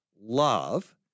love